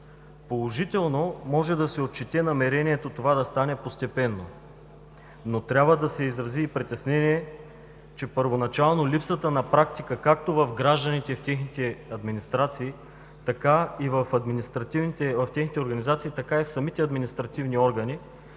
Положително може да се отчете намерението това да стане постепенно, но трябва да се изрази и притеснение, че първоначално липсата на практика, както в гражданите и в техните администрации, в техните организации, така и в самите административни органи